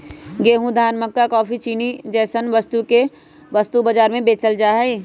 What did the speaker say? गेंहूं, धान, मक्का काफी, चीनी जैसन वस्तु के वस्तु बाजार में बेचल जा हई